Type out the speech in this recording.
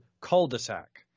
cul-de-sac